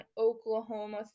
Oklahoma